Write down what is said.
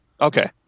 Okay